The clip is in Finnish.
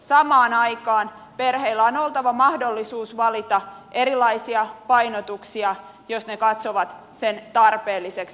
samaan aikaan perheillä on oltava mahdollisuus valita erilaisia painotuksia jos ne katsovat sen tarpeelliseksi